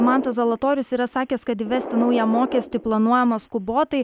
mantas zalatorius yra sakęs kad įvesti naują mokestį planuojama skubotai